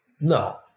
No